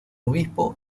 obispo